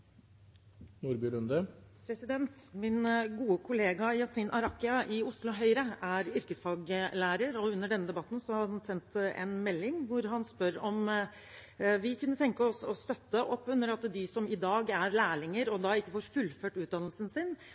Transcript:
yrkesfaglærer, og under denne debatten har han sendt en melding hvor han spør om vi kunne tenke oss å støtte opp under at de som i dag er lærlinger og ikke får fullført utdannelsen sin,